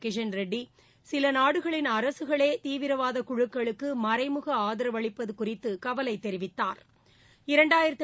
கிஷன் ரெட்டி சில நாடுகளின் அரசுகளே தீவிரவாத குழுக்குளுக்கு மறைமுக ஆதரவளிப்பது குறித்து கவலை தெிவித்தாா்